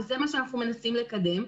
וזה מה שאנחנו מנסים לקדם,